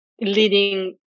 leading